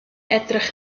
edrych